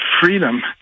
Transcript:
freedom